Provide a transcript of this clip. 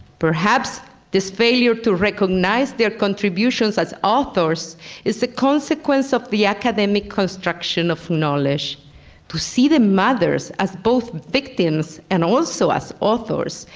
perhaps this failure to recognize their contributions as authors is the consequence of the academic construction of knowledge to see the mothers as both victims and also as authors,